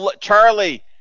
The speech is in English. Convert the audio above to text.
Charlie